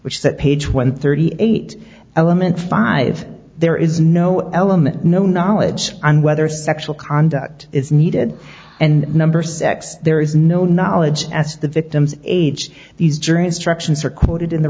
which that page when thirty eight element five there is no element no knowledge on whether sexual conduct is needed and number six there is no knowledge as the victim's age these jury instructions are quoted in the